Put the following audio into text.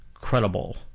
credible